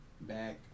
back